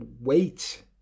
Wait